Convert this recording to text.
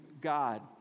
God